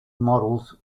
models